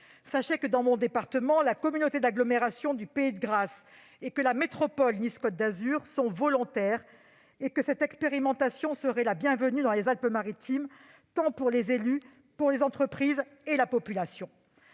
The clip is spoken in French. Sachez que, dans mon département, la communauté d'agglomération du pays de Grasse et la métropole Nice-Côte d'Azur sont volontaires. Cette expérimentation serait la bienvenue dans les Alpes-Maritimes, tant pour les élus que pour les entreprises et la population.